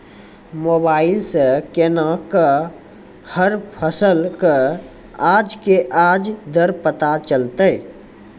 Mobile सऽ केना कऽ हर फसल कऽ आज के आज दर पता चलतै?